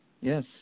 Yes